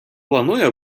планує